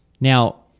Now